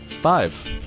five